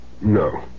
No